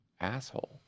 asshole